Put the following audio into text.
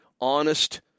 honest